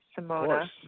Simona